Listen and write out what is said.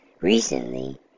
recently